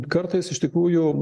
kartais iš tikrųjų